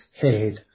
head